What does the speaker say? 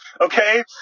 Okay